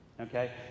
Okay